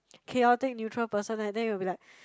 chaotic neutral person right then you'll be like